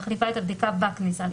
מחליפה את הבדיקה בכניסה.